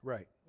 Right